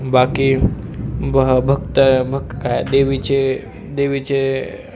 बाकी बह भक्त भक काय देवीचे देवीचे